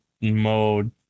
mode